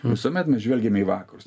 visuomet mes žvelgėme į vakarus